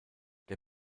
der